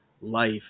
life